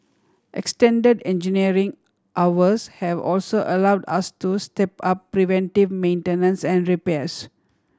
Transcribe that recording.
extended engineering hours have also allowed us to step up preventive maintenance and repairs